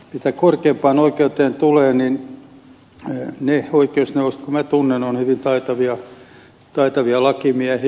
mitä korkeimpaan oikeuteen tulee niin ne oikeusneuvokset jotka minä tunnen ovat hyvin taitavia lakimiehiä